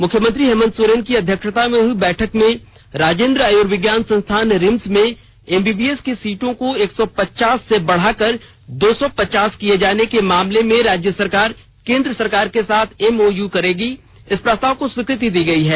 मुख्यमंत्री हेमंत सोरेन की अध्यक्षता में हुई बैठक में राजेन्द्र आर्युविज्ञान संस्थान रिम्स में एमबीबीएस की सीटों को एक सौ पचास से बढ़ाकर दो र्सो पचास किये जाने के मामले में राज्य सरकार केंद्र सरकार के साथ एमओयू करेगी इस प्रस्ताव को स्वीकृति दी गयी है